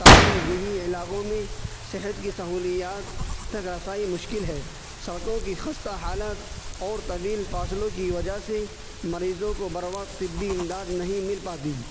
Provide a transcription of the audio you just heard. تاہم دیہی علاقوں میں صحت کی سہولیات تک رسائی مشکل ہے سڑکوں کی خستہ حالت اور طویل فاصلوں کی وجہ سے مریضوں کو بر وقت طبی امداد نہیں مل پاتی